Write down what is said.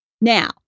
Now